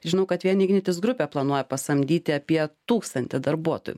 žinau kad vien ignitis grupė planuoja pasamdyti apie tūkstantį darbuotojų